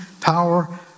power